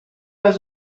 les